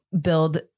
build